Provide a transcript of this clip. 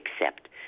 accept